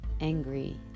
angry